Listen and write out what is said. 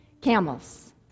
camels